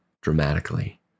dramatically